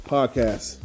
Podcast